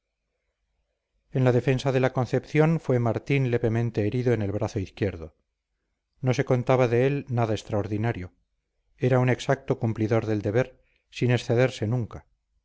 en la defensa de la concepción fue martín levemente herido en el brazo izquierdo no se contaba de él nada extraordinario era un exacto cumplidor del deber sin excederse nunca